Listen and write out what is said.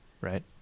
right